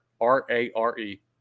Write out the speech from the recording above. R-A-R-E